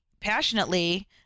passionately